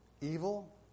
evil